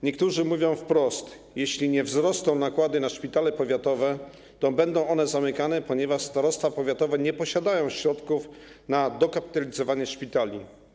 Niektórzy mówią wprost: jeśli nie wzrosną nakłady na szpitale powiatowe, to będą one zamykane, ponieważ starostwa powiatowe nie posiadają środków na dokapitalizowanie szpitali.